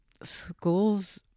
schools